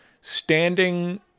standing